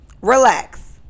Relax